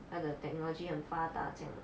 它的 technology 很发达这样 ah